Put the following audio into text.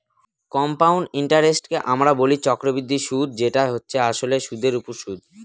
compound ইন্টারেস্টকে আমরা বলি চক্রবৃদ্ধি সুদ যেটা হচ্ছে আসলে সুধের ওপর সুদ